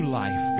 life